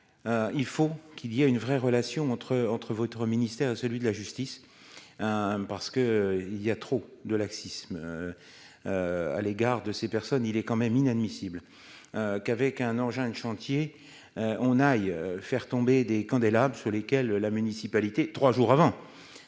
il faut qu'il y a une vraie relation entre entre votre ministère et celui de la justice, hein, parce que il y a trop de laxisme à l'égard de ces personnes, il est quand même inadmissible qu'avec un engin de chantier, on aille faire tomber des candélabres, sur lesquels la municipalité, 3 jours avant,